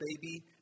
baby